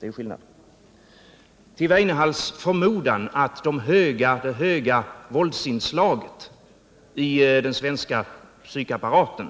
Det är skillnaden. Till Lars Weinehalls förmodan att det höga våldsinslaget i den svenska psykapparaten